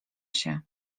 się